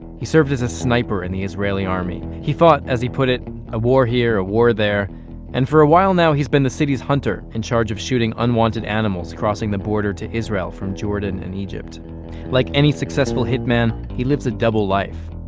he served as a sniper in the israeli army. he fought as he put it a war here, a war there and for a while now, he's been the city's hunter. in charge of shooting unwanted animals crossing the border to israel from jordan and egypt like any successful hit man, he lives a double life.